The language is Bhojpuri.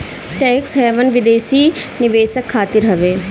टेक्स हैवन विदेशी निवेशक खातिर हवे